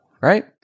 right